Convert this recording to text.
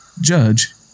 Judge